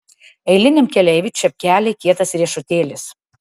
eiliniam keleiviui čepkeliai kietas riešutėlis